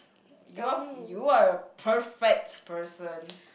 you've you're a perfect person